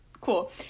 Cool